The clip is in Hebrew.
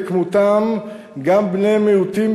וכמותם גם בני-מיעוטים,